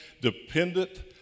dependent